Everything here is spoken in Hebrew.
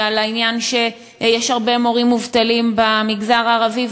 ועל זה שיש הרבה מורים מובטלים במגזר הערבי.